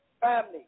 family